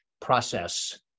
process